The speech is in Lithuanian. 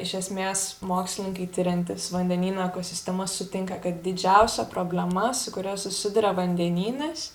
iš esmės mokslininkai tiriantys vandenynų ekosistemas sutinka kad didžiausia problema su kuria susiduria vandenynas